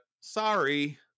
sorry